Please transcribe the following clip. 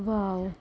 wow